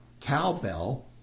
cowbell